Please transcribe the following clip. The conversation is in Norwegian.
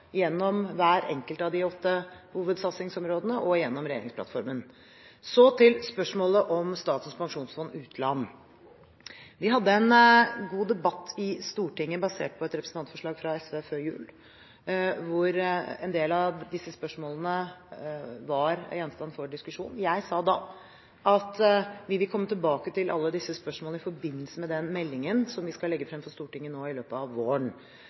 gjennom hvert enkelt av de åtte hovedsatsingsområdene og regjeringsplattformen. Så til spørsmålet om Statens pensjonsfond utland. Vi hadde en god debatt i Stortinget basert på et representantforslag fra SV før jul, hvor en del av disse spørsmålene var gjenstand for diskusjon. Jeg sa da at vi vil komme tilbake til alle disse spørsmålene i forbindelse med den meldingen vi skal legge frem for Stortinget i løpet av våren.